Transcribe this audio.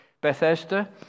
Bethesda